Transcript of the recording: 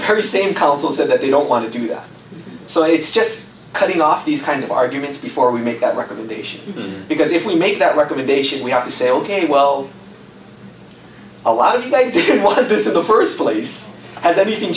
very same council said that they don't want to do that so it's just cutting off these kinds of arguments before we make that recommendation because if we made that recommendation we have to say ok well a lot of what the this is the first place has anything